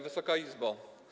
Wysoka Izbo!